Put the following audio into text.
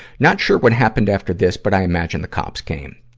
not sure what happened after this, but i imagine the cops came.